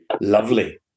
Lovely